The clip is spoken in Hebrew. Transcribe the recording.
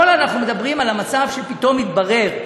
אנחנו מדברים על המצב שפתאום יתברר,